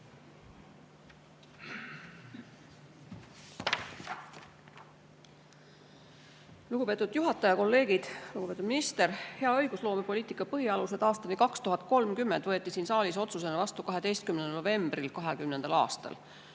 Lugupeetud juhataja! Kolleegid! Lugupeetud minister! "Õigusloomepoliitika põhialused aastani 2030" võeti siin saalis otsusena vastu 12. novembril 2020. aastal.